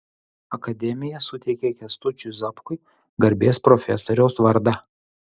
akademija suteikė kęstučiui zapkui garbės profesoriaus vardą